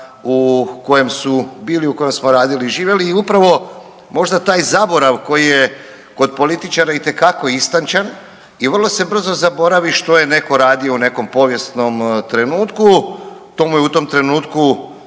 u kojem su bili, u kojem smo radili i živjeli i upravo možda taj zaborav koji je kod političara itekako istančan i vrlo se brzo zaboravi što je netko radio u nekom povijesnom trenutku, to mu je u tom trenutku